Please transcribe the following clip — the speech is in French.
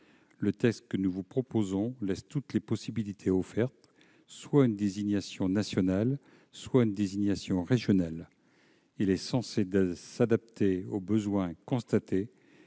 Le texte que nous vous proposons laisse toutes les possibilités offertes : soit une désignation nationale, soit une désignation régionale. Il permet donc de nous adapter aux besoins constatés